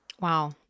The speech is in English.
Wow